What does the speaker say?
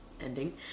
ending